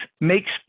makes